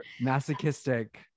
masochistic